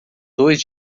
dois